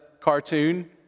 cartoon